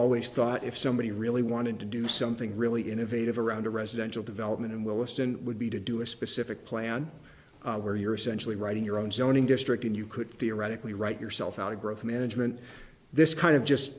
always thought if somebody really wanted to do something really innovative around a red dental development in williston would be to do a specific plan where you're essentially writing your own zoning district and you could theoretically write yourself out of growth management this kind of just